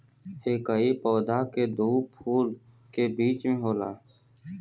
एकही पौधा के दू फूल के बीच में होला